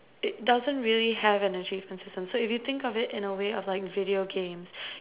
it doesn't really have an achievement system so if you think of it in a way of like video games